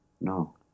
No